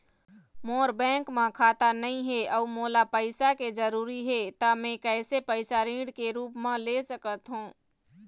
मोर bank म खाता नई हे अउ मोला पैसा के जरूरी हे त मे कैसे पैसा ऋण के रूप म ले सकत हो?